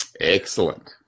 Excellent